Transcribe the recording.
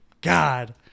God